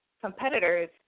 Competitors